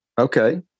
Okay